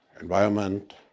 environment